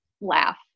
laugh